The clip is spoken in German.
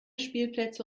spielplätze